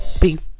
peace